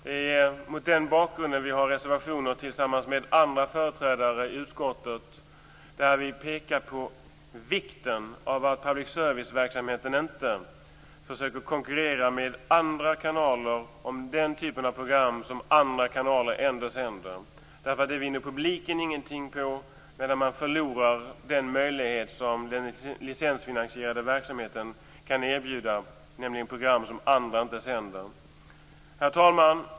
Det är mot den bakgrunden vi tillsammans med företrädare för andra partier i utskottet har reservationer där vi pekar på vikten av att public service-verksamheten inte försöker konkurrera med andra kanaler om den typ av program som de andra kanalerna ändå sänder. Det vinner publiken ingenting på, och man förlorar den möjlighet som den licensfinansierade verksamheten kan erbjuda, nämligen program som andra inte sänder. Herr talman!